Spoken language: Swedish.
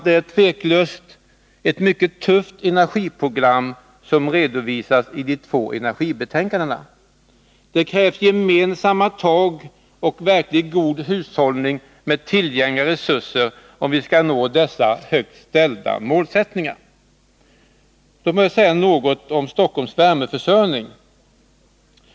Det är tveklöst ett mycket tufft energiprogram som redovisas i dessa två energibetänkanden. Det krävs gemensamma tag och verkligt god hushållning med tillgängliga resurser om vi skall nå dessa högt ställda mål. Låt mig säga något om Stockholms värmeförsörjning.